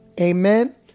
Amen